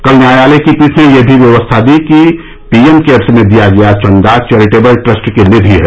कल न्यायालय की पीठ ने यह भी व्यवस्था दी कि पीएम केयर्स में दिया गया चंदा चौरिटेबल ट्रस्ट की निधि है